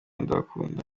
ndabakunda